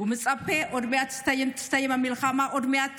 מצפה שעוד מעט תסתיים המלחמה ועוד מעט